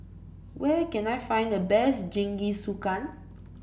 where can I find the best Jingisukan